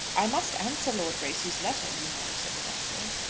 i must answer lord bracy's letter, you know, said the doctor.